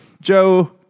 Joe